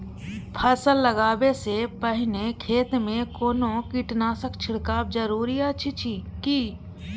फसल लगबै से पहिने खेत मे कोनो कीटनासक छिरकाव जरूरी अछि की?